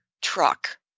truck